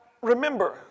Remember